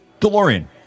DeLorean